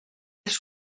qu’est